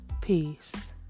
Peace